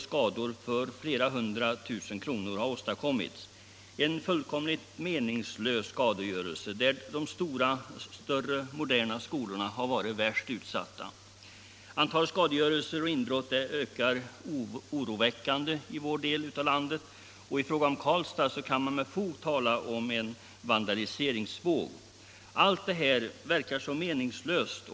Skador för flera hundra tusen kronor har åstadkommits, en fullkomligt meningslös skadegörelse. Det är de större, moderna skolorna som varit värst utsatta. Antalet skadegörelser och inbrott ökar oroväckande i vår del av landet. I fråga om Karlstad kan man med fog tala om en vandaliseringsvåg. Allt det här verkar så meningslöst.